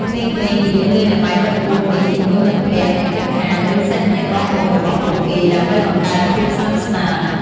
ក្មេងៗនិយមលេងល្បែងបិទពួននេះជាមួយមិត្តភក្តិ អ្នកជិតខាង ឬ សាច់ញាតិបងប្អូនរបស់ពួកគេ ដើម្បីបង្កើនភាពស្និទ្ធស្នាល។